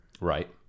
Right